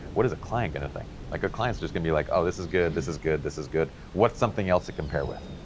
what is a client gonna think, like a clients just gonna be like, oh this is good, this is good, this is good, what's something else to compare with.